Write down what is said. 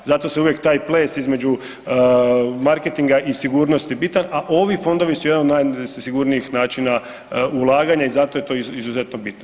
Zato se uvijek taj ples između marketinga i sigurnosti bitan, a ovi fondovi su jedan od najsigurnijih načina ulaganja i zato je to izuzetno bitno.